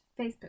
Facebook